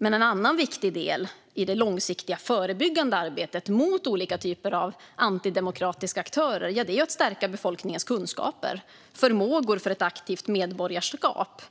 En annan viktig del i det långsiktiga förebyggande arbetet mot olika typer av antidemokratiska aktörer är att stärka befolkningens kunskaper och förmåga till ett aktivt medborgarskap.